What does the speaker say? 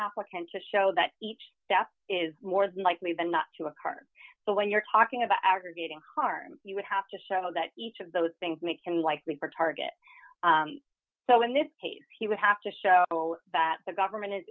applicant to show that each step is more than likely than not to a part but when you're talking about aggregating harm you would have to show that each of those things make unlikely for target so in that case he would have to show that the government is